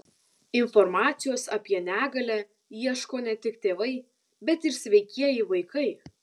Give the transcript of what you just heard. informacijos apie negalią ieško ne tik tėvai bet ir sveikieji vaikai